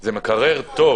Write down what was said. זה מקרר טוב.